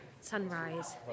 sunrise